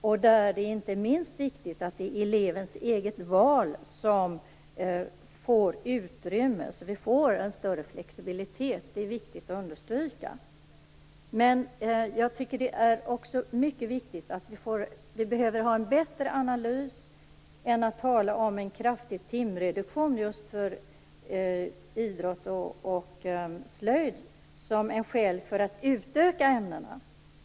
Där är det inte minst viktigt att det är elevens eget val som får utrymme, så att vi får en större flexibilitet. Det är viktigt att understryka det. Det är också mycket viktigt att vi får en bättre analys än att bara tala om en kraftig timreduktion just för idrott och slöjd som skäl för att utöka dessa ämnen.